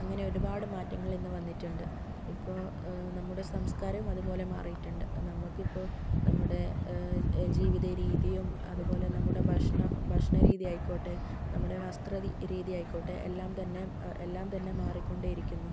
അങ്ങനെ ഒരുപാട് മാറ്റങ്ങൾ ഇന്ന് വന്നിട്ടുണ്ട് ഇപ്പോൾ നമ്മുടെ സംസ്കാരവും അതുപോലെ മാറിയിട്ടുണ്ട് അത് നമുക്കിപ്പോൾ നമ്മുടെ ജീവിത രീതിയും അതുപോലെ നമ്മുടെ ഭക്ഷണ ഭക്ഷണ രീതി ആയിക്കോട്ടെ നമ്മുടെ വസ്ത്രരീതി ആയിക്കോട്ടെ എല്ലാം തന്നെ എല്ലാം തന്നെ മാറിക്കൊണ്ടിരിക്കുന്നു